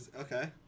Okay